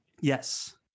Yes